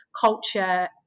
culture